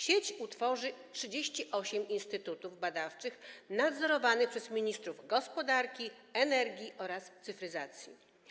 Sieć utworzy 38 instytutów badawczych nadzorowanych przez ministrów gospodarki, energii oraz cyfryzacji.